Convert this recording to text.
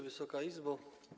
Wysoka Izbo!